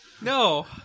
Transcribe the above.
No